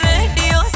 Radio